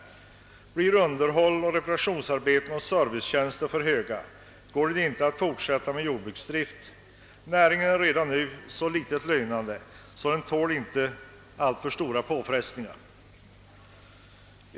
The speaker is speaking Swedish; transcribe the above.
Blir kostnaderna för underhållsoch reparationsarbeten samt servicetjänster för höga går det ej att fortsätta med jordbruksdrift, ty näringen är redan nu så föga lönande att den ej tål några ytterligare påfrestningar.